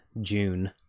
june